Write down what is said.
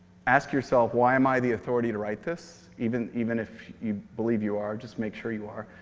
ask yourself why am i the authority to write this? even even if you believe you are, just make sure you are.